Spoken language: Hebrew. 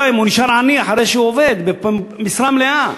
אם הוא נשאר עני אחרי שהוא עובד במשרה מלאה?